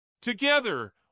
Together